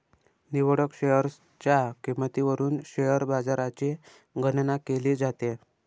निवडक शेअर्सच्या किंमतीवरून शेअर बाजाराची गणना केली जाते